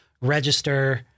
register